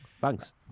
Thanks